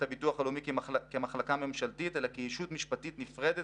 הביטוח הלאומי כמחלקה ממשלתית אלא כישות משפטית נפרדת